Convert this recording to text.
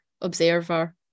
observer